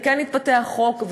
וכן מתפתח חוק,